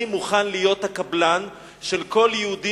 אני מוכן להיות הקבלן של כל יהודי